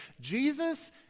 Jesus